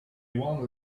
one